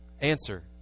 answer